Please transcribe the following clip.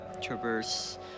traverse